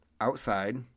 Outside